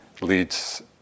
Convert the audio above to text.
leads